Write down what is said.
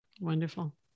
Wonderful